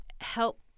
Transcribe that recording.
help